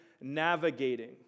navigating